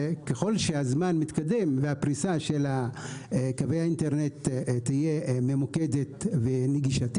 וככל שהזמן מתקדם והפרישה של קווי האינטרנט תהיה ממוקדת ונגישה,